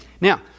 now